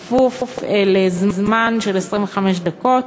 לזמן של 25 דקות.